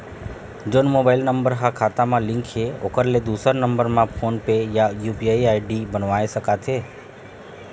जोन mobile number हा खाता मा लिन्क हे ओकर ले दुसर नंबर मा फोन पे या यू.पी.आई आई.डी बनवाए सका थे?